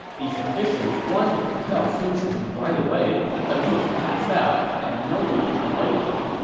these officials wanted to tell sun quan right away, but he was passed out and no one could wake him,